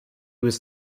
was